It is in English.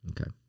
Okay